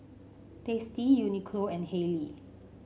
Tasty Uniqlo and Haylee